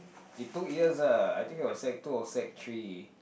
it took years ah I think it was like sec two or sec three